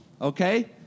okay